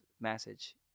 message